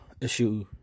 issue